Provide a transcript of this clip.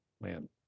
man